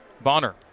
Bonner